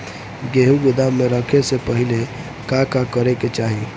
गेहु गोदाम मे रखे से पहिले का का करे के चाही?